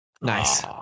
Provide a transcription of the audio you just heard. Nice